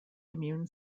immune